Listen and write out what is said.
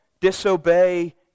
disobey